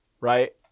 Right